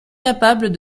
capables